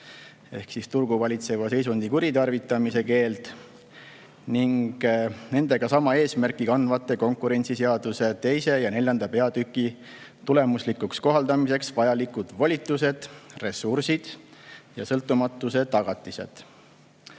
ehk siis turgu valitseva seisundi kuritarvitamise keeld ning nendega sama eesmärki kandvate konkurentsiseaduse 2. ja 4. peatüki tulemuslikuks kohaldamiseks vajalikud volitused, ressursid ja sõltumatuse tagatised.